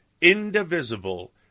indivisible